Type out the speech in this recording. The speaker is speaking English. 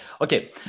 Okay